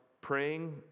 praying